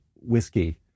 whiskey